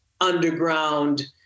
underground